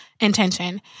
intention